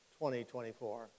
2024